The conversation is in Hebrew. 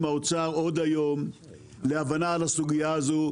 עם האוצר עוד היום להבנה על הסוגיה הזו,